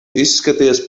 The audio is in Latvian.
izskaties